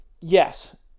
yes